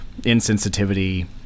insensitivity